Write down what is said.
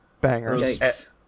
bangers